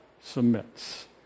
submits